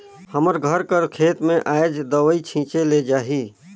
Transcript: हमर घर कर खेत में आएज दवई छींचे ले जाही